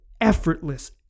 effortless